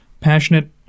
Passionate